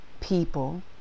people